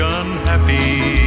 unhappy